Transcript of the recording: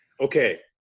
Okay